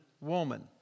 woman